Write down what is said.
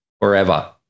forever